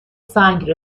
سنگ